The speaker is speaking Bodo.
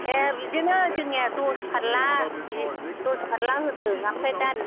दे बिदिनो जोंनिया दस फारला दस फारला होदों आमफ्राय दा